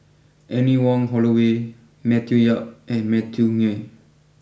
Anne Wong Holloway Matthew Yap and Matthew Ngui